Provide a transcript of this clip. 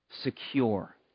secure